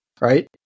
right